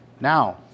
now